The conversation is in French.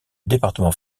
département